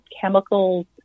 chemicals